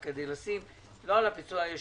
זה לא על הפיצוי הישיר.